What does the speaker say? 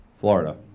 Florida